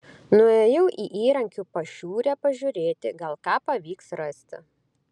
nuėjau į įrankių pašiūrę pažiūrėti gal ką pavyks rasti